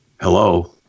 hello